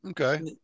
Okay